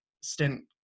stint